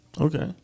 Okay